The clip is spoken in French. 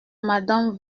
madame